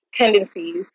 tendencies